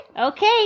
Okay